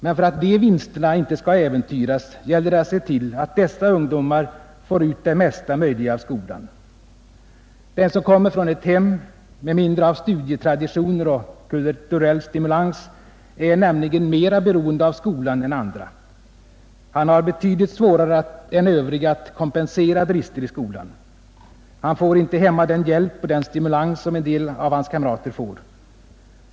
Men för att de vinsterna inte skall äventyras gäller det att se till att dessa ungdomar får ut det mesta möjliga av skolan. Den som kommer från ett hem med mindre av studietraditioner och kulturell stimulans är nämligen mera beroende av skolan än andra. Han har betydligt svårare än övriga att kompensera brister i skolan. Han får inte hemma den hjälp och stimulans som en del av hans kamrater får.